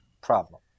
problem